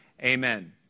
Amen